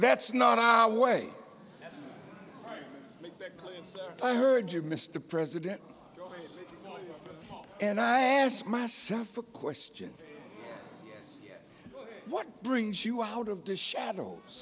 that's not our way i heard you mr president and i ask myself a question what brings you out of the shadows